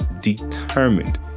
determined